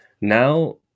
Now